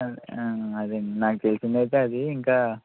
అదండి నాకు తెలిసిందైతే అది ఇంకా